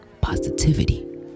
positivity